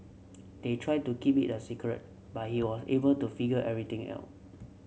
they tried to keep it a secret but he was able to figure everything ell